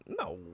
no